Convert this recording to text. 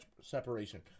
separation